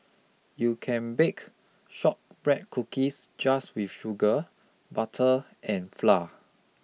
you can bake shortbread cookies just with sugar butter and flour